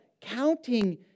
counting